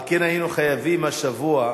על כן היינו חייבים השבוע,